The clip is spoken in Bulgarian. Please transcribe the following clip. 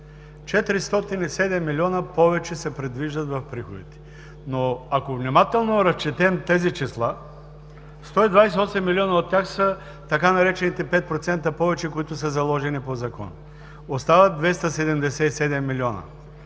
милиона повече се предвиждат в приходите. Ако внимателно разчетем тези числа, 128 милиона от тях са така наречените „5% повече“, които са заложени по закон. Остават 277 милиона